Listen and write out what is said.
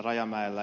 rajamäellä